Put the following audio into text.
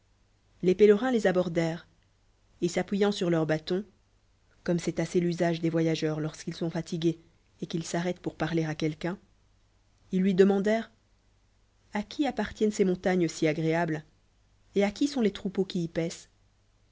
les pélerins les abordèrent et s'appoyadt sur leurs bâtons comme c'est assezj'osage des voyageurs lorsqu'ils sont fatigués et qu il s'arrétent pour parler à quelqu'un ils lui demandèrent a qui appartienuena cus montagnes si agréables et à qui sont les troupeaux qui y paissent